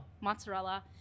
mozzarella